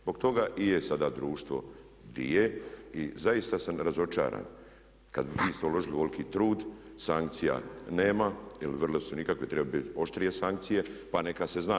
Zbog toga i je sada društvo di je i zaista sam razočaran kad vi ste uložili ovoliki trud, sankcija nema jer vrlo su nikakve, trebaju bit oštrije sankcije, pa neka se zna.